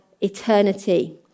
eternity